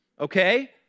okay